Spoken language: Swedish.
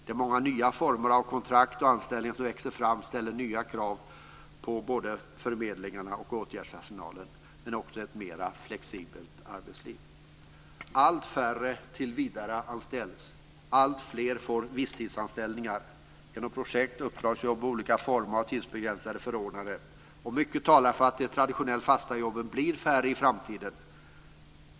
De många nya former av kontrakt och anställningar som växer fram ställer nya krav på både arbetsförmedlingar och åtgärdsarsenalen, men också på ett mer flexibelt arbetsliv. Allt färre tillsvidareanställs. Alltfler får visstidsanställningar genom projekt, uppdragsjobb och olika former av tidsbegränsade förordnanden. Och mycket talar för att de traditionellt fasta jobben blir färre i framtiden.